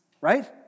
Right